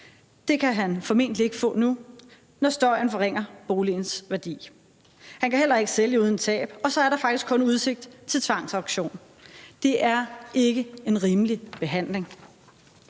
Det kan han formentlig ikke få nu, når støjen forringer boligens værdi. Han kan heller ikke sælge uden tab, og så er der faktisk kun udsigt til tvangsauktion. Det er ikke en rimelig behandling.